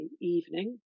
evening